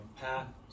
Pat